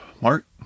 Mark